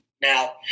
Now